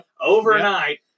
overnight